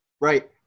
right